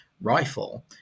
rifle